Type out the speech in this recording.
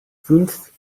fünf